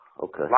Okay